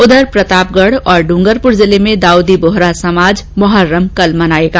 उधर प्रतापगढ और डूंगरपुर जिले में दाउदी बोहरा समाज मोहरम कल मनाएगा